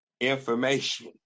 information